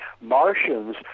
Martians